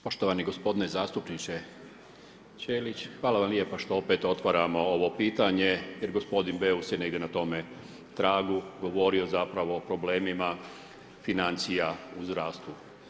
Poštovani gospodine zastupniče Ćelić, hvala vam lijepa što opet otvaramo ovo pitanje, jer gospodin Beus je negdje na tome tragu govorio zapravo o problemima financija u zdravstvu.